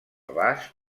abast